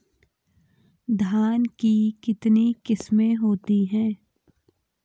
धान की कितनी किस्में होती हैं?